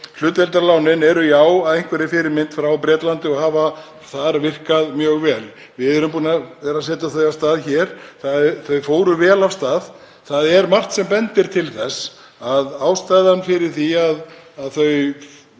hlutdeildarlánin eru að einhverri fyrirmynd frá Bretlandi og hafa þar virkað mjög vel. Við erum búin að vera að setja þau af stað hér. Þau fóru vel af stað. Það er margt sem bendir til þess að ástæðan fyrir því að þau